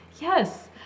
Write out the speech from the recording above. Yes